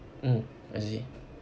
mm I see